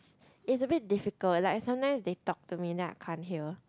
is a bit difficult like at the night they talk to me that I can't hear